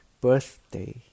birthday